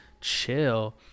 chill